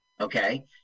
Okay